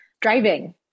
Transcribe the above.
Driving